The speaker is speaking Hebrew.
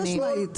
חד משמעית,